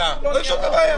לפתחה של הממשלה.